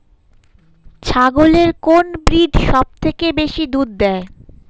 ছাগলের কোন ব্রিড সবথেকে বেশি দুধ দেয়?